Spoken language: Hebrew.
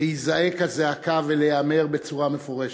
להיזעק הזעקה ולהיאמר בצורה מפורשת: